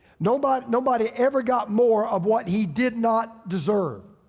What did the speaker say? nobody nobody ever got more of what he did not deserve.